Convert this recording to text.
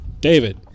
David